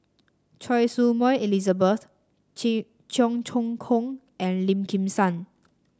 Choy Su Moi Elizabeth Cheong Choong Kong and Lim Kim San